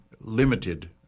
limited